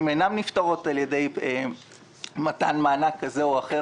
הבעיות אינן נפתרות על ידי מתן מענק כזה או אחר